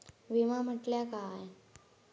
विमा म्हटल्या काय?